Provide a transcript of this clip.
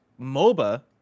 MOBA